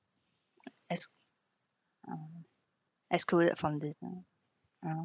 ex~ excluded from the